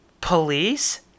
Police